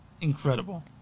incredible